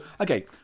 okay